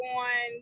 on